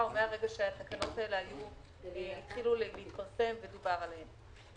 מרגע שהתקנות האלה התחילו להתפרסם ודובר עליהן,